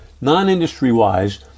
non-industry-wise